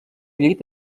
llit